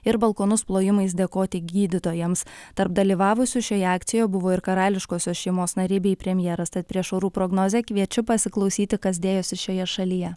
ir balkonus plojimais dėkoti gydytojams tarp dalyvavusių šioje akcijoje buvo ir karališkosios šeimos nariai bei premjeras tad prieš orų prognozę kviečiu pasiklausyti kas dėjosi šioje šalyje